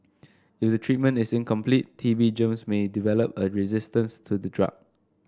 if the treatment is incomplete T B germs may develop a resistance to the drug